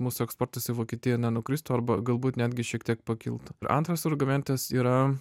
mūsų eksportas į vokietiją nenukristų arba galbūt netgi šiek tiek pakiltų antras argumentas yra